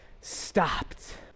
stopped